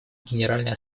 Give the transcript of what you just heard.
генеральной